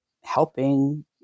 helping